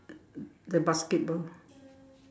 the basketball